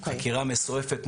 חקירה מסועפת,